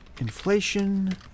Inflation